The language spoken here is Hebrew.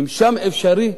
אם שם אפשרי,